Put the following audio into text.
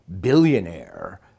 billionaire